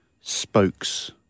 spokes